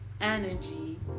energy